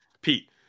Pete